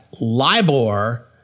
LIBOR